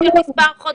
לא.